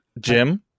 Jim